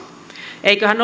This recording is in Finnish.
eiköhän